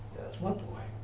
that's my boy